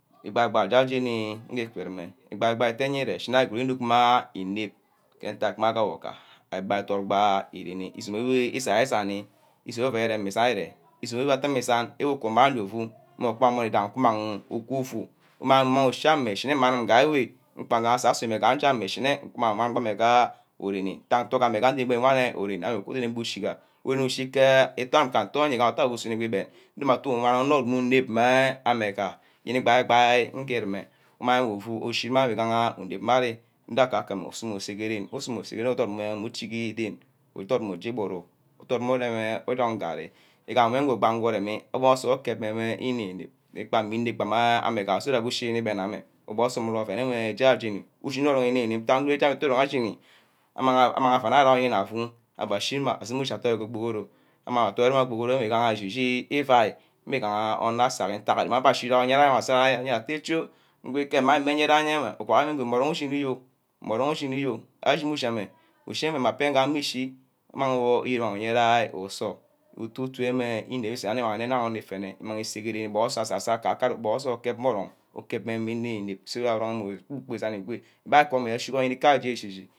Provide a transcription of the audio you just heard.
Igbai igbai ja jeni ugikurume. ígbaî igbai ítte nnere íshine arigud ínukma înem ntack mme adack uka ama asot gbe îrene usune nne ísení usune oven wor ídemme ísení atte je usan uku uma who pu umang owí danni ufi umang meh ushíamî̂n gawe nge asa-sor ugu wan bag ame urene ame uku rener ushíba ureni ushi bag ke í́toí́ am bah ke reín eben usu wan onn who dum u wan may bah yenere ígba ígba lleurume ndo akakame usume usa ke ren. uchìgi den. udotmere uj́e iburu. udot mme urong garrî ugame wor ugbaigi uremi. ureme înenep banga ame so that uj̀e rèn igben ame ubonnor nsort urem oven j́aj́eni íje among onor wor ute orong ushini aba shinia amang ushi are doíl ke ukpokoro anor aʻwan mme ígahen echichi ìvai mme gaha onor achaha abe achi jaha oyina abe atte choí́ uguha mme orong ushini oh mme orong uchini oh. mma pen ke ormock ishi umang mme ujur yero ke usor e chi wo î̂nembi j́́e ari î́mang onor ise ke ren so akaka meh asaso ibonor insort ukep mme oron ukep mme inep̠̠-inep se kat oronge ba acoeree íshi j́aha